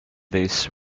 this